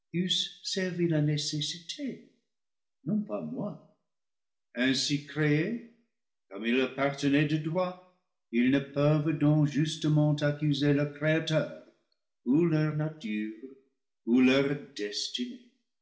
la nécessité non pas moi ainsi créés comme il appartenait de droit ils ne peuvent donc justement accuser leur créateur ou leur nature ou leur destinée